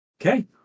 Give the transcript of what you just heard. Okay